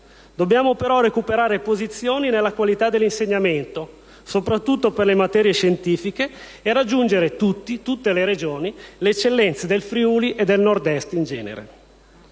Dobbiamo però recuperare posizioni nella qualità dell'insegnamento, soprattutto per le materie scientifiche, e raggiungere tutti, tutte le Regioni, le eccellenze del Friuli e del Nord Est in genere.